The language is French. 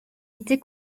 été